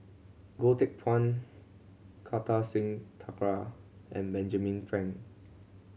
Goh Teck Phuan Kartar Singh Thakral and Benjamin Frank